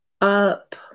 up